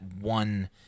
one